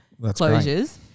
closures